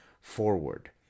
forward